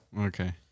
Okay